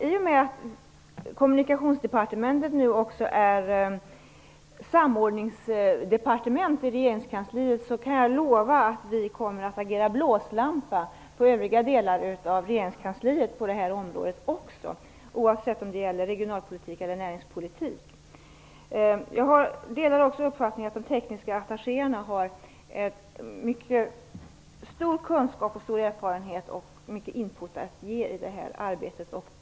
I och med att Kommunikationsdepartementet nu är samordningsdepartement i regeringskansliet kan jag lova att vi kommer att agera som blåslampa mot övriga delar av regeringskansliet på detta område, oavsett om det gäller regionalpolitik eller näringspolitik. Jag delar också uppfattningen att de tekniska attachéerna har en mycket stor kunskap och erfarenhet och en mycket stor input att ge i detta arbete.